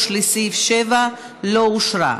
3, לסעיף 7, לא התקבלה.